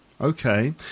okay